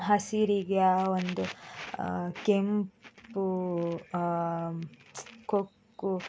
ಹಸಿರಿಗೆ ಆ ಒಂದು ಕೆಂಪು ಕೊಕ್ಕು